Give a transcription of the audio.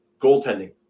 goaltending